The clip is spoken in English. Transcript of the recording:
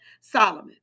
Solomon